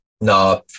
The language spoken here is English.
No